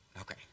Okay